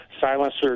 silencer